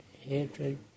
hatred